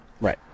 Right